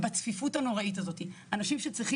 שני שצריך